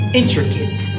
intricate